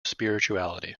spirituality